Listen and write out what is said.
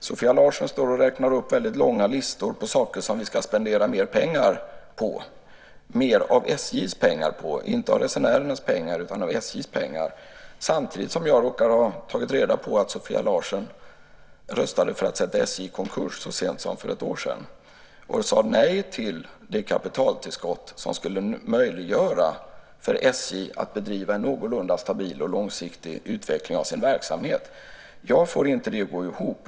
Sofia Larsen står och räknar upp långa listor på saker som vi ska spendera mer pengar på, mer av SJ:s pengar på, inte av resenärernas pengar, samtidigt som jag råkar ha tagit reda på att Sofia Larsen röstade för att sätta SJ i konkurs så sent som för ett år sedan. Hon sade nej till det kapitaltillskott som skulle möjliggöra för SJ att bedriva någorlunda stabil och långsiktig utveckling av sin verksamhet. Jag får inte det att gå ihop.